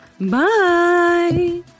Bye